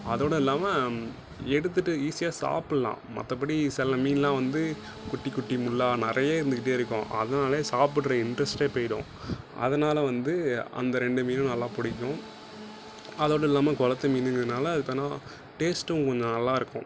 அதோடு இல்லாமல் எடுத்துகிட்டு ஈஸியாக சாப்பிடலாம் மற்றபடி சில மீன்லாம் வந்து குட்டி குட்டி முள்ளாக நிறைய இருந்துக்கிட்டேருக்கும் அதனாலே சாப்பிடுற இன்ட்ரெஸ்ட் போகிடும் அதனால வந்து அந்த ரெண்டு மீனும் நல்லா பிடிக்கும் அதோடு இல்லாமல் குளத்து மீனுங்கிறதுனால இப்போ வேணுணா டேஸ்ட்டும் கொஞ்சம் நல்லாயிருக்கும்